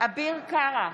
אביר קארה,